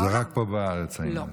זה רק פה בארץ העניין הזה.